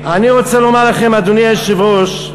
אדוני היושב-ראש,